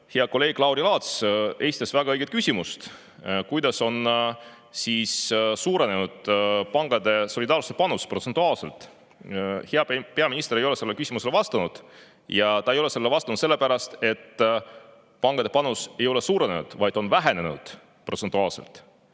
hea kolleeg Lauri Laats esitas väga õige küsimuse: kuidas on suurenenud pankade solidaarne panus protsentuaalselt? Hea peaminister ei ole sellele küsimusele vastanud ja ta ei ole sellele vastanud sellepärast, et pankade panus ei ole suurenenud, vaid on vähenenud protsentuaalselt.